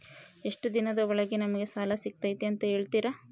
ಎಷ್ಟು ದಿನದ ಒಳಗೆ ನಮಗೆ ಸಾಲ ಸಿಗ್ತೈತೆ ಅಂತ ಹೇಳ್ತೇರಾ?